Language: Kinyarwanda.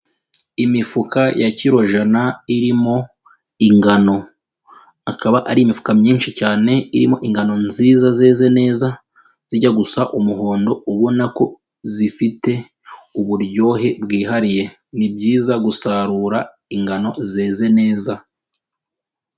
Imifuka ya kiro jana irimo ingano, akaba ari imifuka myinshi cyane irimo ingano nziza zeze neza zijya gusa umuhondo ubona ko zifite uburyohe bwihariye, ni byiza gusarura ingano zeze neza.